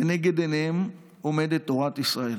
לנגד עיניהן עומדת תורת ישראל.